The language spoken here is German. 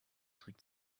trick